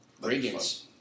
Regan's